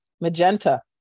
magenta